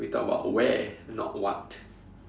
we talked about where not what